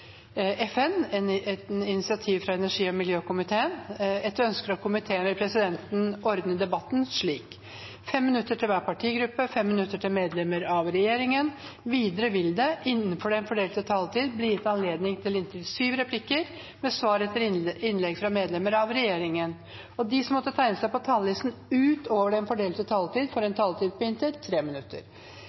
miljøkomiteen vil presidenten ordne debatten slik: 5 minutter til hver partigruppe og 5 minutter til medlemmer av regjeringen. Videre vil det – innenfor den fordelte taletid – bli gitt anledning til inntil syv replikker med svar etter innlegg fra medlemmer av regjeringen, og de som måtte tegne seg på talerlisten utover den fordelte taletid, får en taletid på inntil 3 minutter.